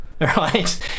right